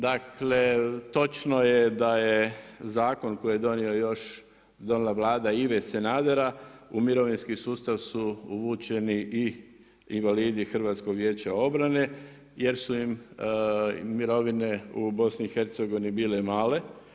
Dakle točno je da je zakon koji je donijela još Vlada Ive Sanadera, u mirovinski sustav su uvučeni i invalidi HVO-a jer su im mirovine u BiH bile male.